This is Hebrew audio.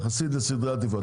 יחסית לסדרי העדיפויות.